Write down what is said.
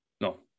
no